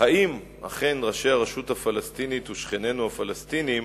אם ראשי הרשות הפלסטינית ושכנינו הפלסטינים